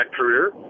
career